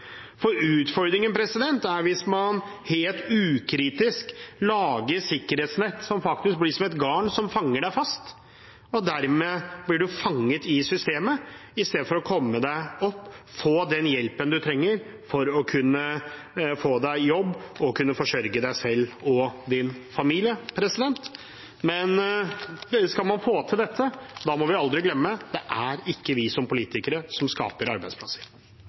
Utfordringen er hvis man helt ukritisk lager sikkerhetsnett som blir som et garn som fanger deg. Dermed blir du fanget i systemet istedenfor å komme deg opp, få den hjelpen du trenger for å få deg jobb og kunne forsørge deg og din familie. Men skal man få til dette, må vi aldri glemme at det ikke er vi som politikere som skaper arbeidsplasser.